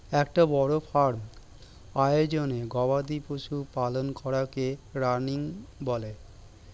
একটা বড় ফার্ম আয়োজনে গবাদি পশু পালন করাকে রানিং বলে